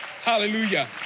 Hallelujah